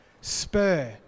spur